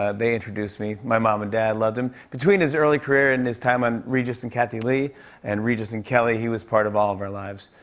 ah they introduced me. my mom and dad loved him. between his early career and his time on regis and kathie lee and regis and kelly, he was part of all of our lives.